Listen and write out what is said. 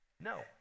No